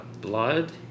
blood